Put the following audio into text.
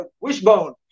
wishbone